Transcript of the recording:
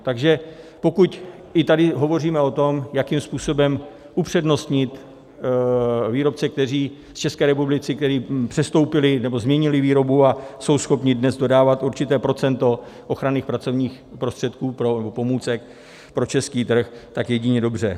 Takže pokud i tady hovoříme o tom, jakým způsobem upřednostnit výrobce z České republiky, kteří přestoupili nebo změnili výrobu a jsou schopni dnes dodávat určité procento ochranných pracovních prostředků nebo pomůcek pro český trh, tak jedině dobře.